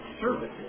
services